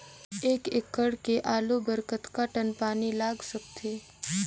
एक एकड़ के आलू बर कतका टन पानी लाग सकथे?